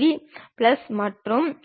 இந்த ப்ரொபைல்